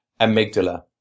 amygdala